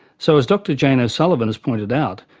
so as dr jane o'sullivan has pointed out,